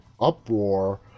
uproar